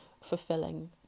fulfilling